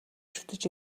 шүтэж